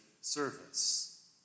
service